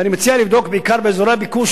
ואני מציע לבדוק בעיקר באזורי הביקוש,